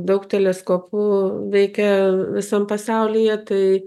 daug teleskopų veikia visam pasaulyje tai